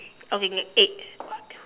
okay then eight